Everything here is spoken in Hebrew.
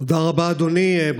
תודה רבה, אדוני.